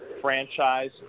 franchise